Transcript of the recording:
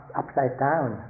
upside-down